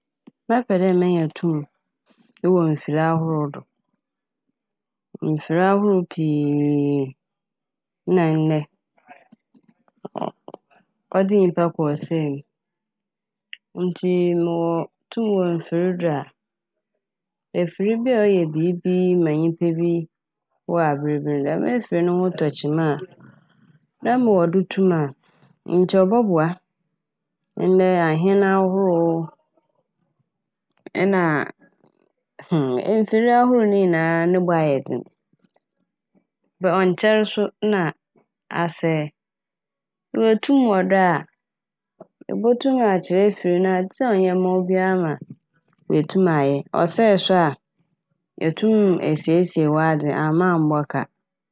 Mɛpɛ dɛ menya tum ewɔ mfir ahorow do. Mfir ahorow pii na ndɛ ɔdze nyimpa kɔ ɔsɛe mu. Ntsi mowɔ tum wɔ mfir do a, efir bi a ɔyɛ biibi ma nyimpa bi wɔ aber bi no, dɛm efir no ho tɔ kyema na mowɔ do tum a nkyɛ ɔbɔboa. Ndɛ ahɛn ahorow nna hm! Mfir ahorow ne nyinaa no bo ayɛ dzen. Ba- ɔnkyɛr so na asɛe, ewɔ tum wɔ do a ibotum akyerɛ efir no adze a ɔnyɛ mma wo bia ma oetum ɔayɛ. Ɔsɛe so a etum esiesie w'adze amma ammbɔ ka.